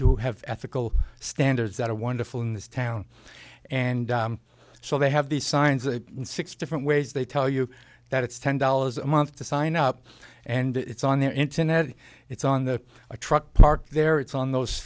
do have ethical standards that are wonderful in this town and so they have these signs in six different ways they tell you that it's ten dollars a month to sign up and it's on the internet it's on the truck parked there it's on those